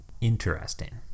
interesting